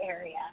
area